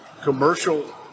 commercial